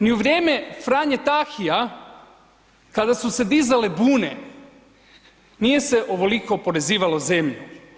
Ni u vrijeme Franje Tahija kada su se dizale bune nije se ovoliko oporezivalo zemlje.